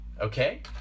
okay